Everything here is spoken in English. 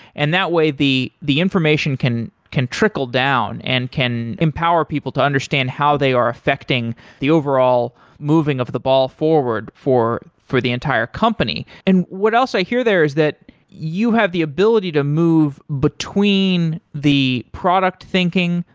and that way, the the information can can trickle down and can empower people to understand how they are affecting the overall moving of the ball forward for for the entire company. and what i also here there is that you have the ability to move between the product thinking,